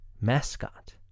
mascot